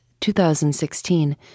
2016